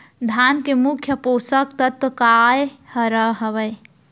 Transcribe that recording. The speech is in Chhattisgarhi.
धान के मुख्य पोसक तत्व काय हर हावे?